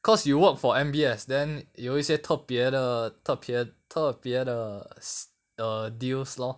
cause you work for M_B_S then 有一些特别的特别特别的的 deals lor